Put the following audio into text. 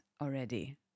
already